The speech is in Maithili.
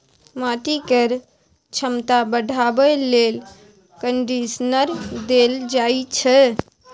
माटि केर छमता बढ़ाबे लेल कंडीशनर देल जाइ छै